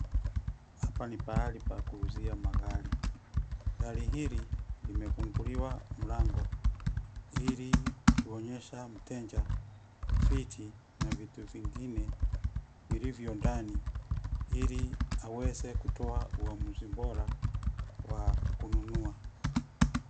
Hapa ni pahali pa kuuzia magari. Gari hili limefunguliwa mlango, ili kuonyesha mteja viti na vitu vingine vilivyo ndani ili aweze kutoa uamzi bora wa kununua.